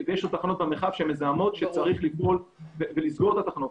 במרחב שמזהמות שצריך לסגור,